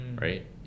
right